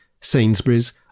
Sainsbury's